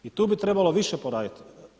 I tu bi trebalo više poraditi.